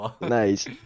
Nice